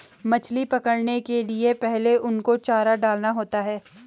मछली पकड़ने के लिए पहले उनको चारा डालना होता है